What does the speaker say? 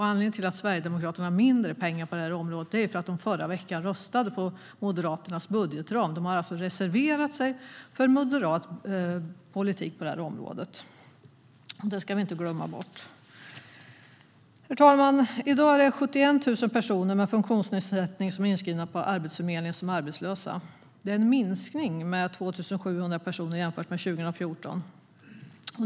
Anledningen till att Sverigedemokraterna har mindre pengar på det här området är för att de förra veckan röstade på Moderaternas budgetram. De har alltså reserverat sig för moderat politik på det här området, det ska vi inte glömma bort. I dag är det 71 000 personer med funktionsnedsättning som är inskrivna på Arbetsförmedlingen som arbetslösa. Det är en minskning med 2 700 personer jämfört med 2014.